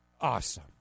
Awesome